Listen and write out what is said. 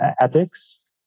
ethics